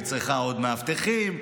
היא צריכה עוד מאבטחים,